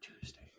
Tuesday